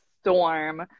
storm